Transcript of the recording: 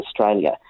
Australia